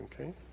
Okay